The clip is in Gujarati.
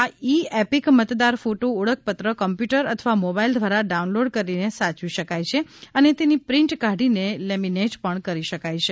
આ ઈ એપિક મતદાર ફોટો ઓળખપત્ર કોમ્પુટર અથવા મોબાઈલ દ્વારા ડાઉનલોડ કરીને સાયવી શકાય છે અને તેની પ્રિન્ટ કાઢીને લેમીનેટ પણ કરી શકાય છે